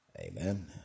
Amen